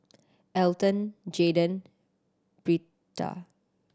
Elton Jaydan Britta